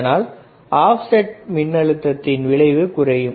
இதனால் ஆப்செட் மின்னழுத்தத்தின் விளைவு குறையும்